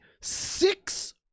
six